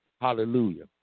Hallelujah